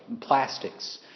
plastics